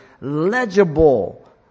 legible